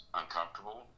uncomfortable